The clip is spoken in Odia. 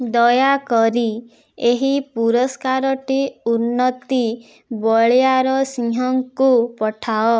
ଦୟାକରି ଏହି ପୁରସ୍କାରଟି ଉନ୍ନତି ବଳିଆରସିଂହଙ୍କୁ ପଠାଅ